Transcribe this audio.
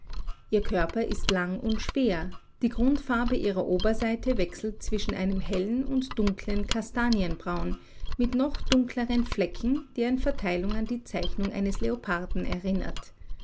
ihr körper ist lang und schwer die grundfarbe ihrer oberseite wechselt zwischen einem hellen und dunkeln kastanienbraun mit noch dunkleren flecken deren verteilung an die zeichnung eines leoparden erinnert